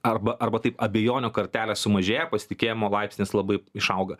arba arba taip abejonių kartelė sumažėja pasitikėjimo laipsnis labai išauga